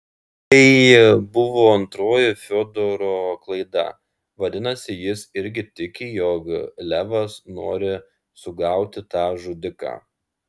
tai buvo antroji fiodoro klaida vadinasi jis irgi tiki jog levas nori sugauti tą žudiką